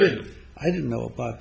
didn't i didn't know about